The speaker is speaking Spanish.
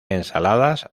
ensaladas